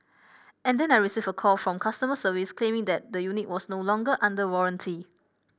and then I received a call from customer service claiming that the unit was no longer under warranty